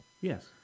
Yes